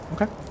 Okay